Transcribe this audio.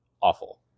awful